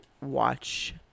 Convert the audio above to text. watch